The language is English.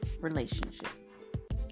relationship